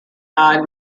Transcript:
died